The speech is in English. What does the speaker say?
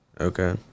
Okay